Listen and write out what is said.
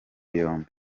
yombi